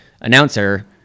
announcer